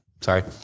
Sorry